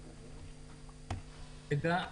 תודה.